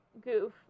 goof